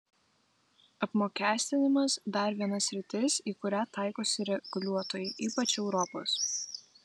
apmokestinimas dar viena sritis į kurią taikosi reguliuotojai ypač europos